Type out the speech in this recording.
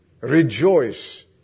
rejoice